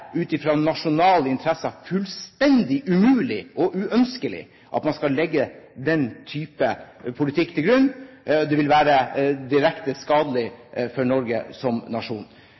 ut fra nasjonale interesser fullstendig umulig og uønskelig å legge den type politikk til grunn. Det vil være direkte skadelig for Norge som nasjon.